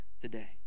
today